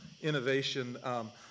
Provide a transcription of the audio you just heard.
innovation